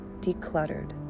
decluttered